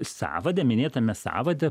sąvade minėtame sąvade